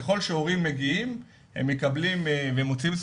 ככל שהורים מגיעים ומוציאים ספחים,